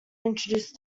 introduced